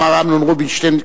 אמר אמנון רובינשטיין,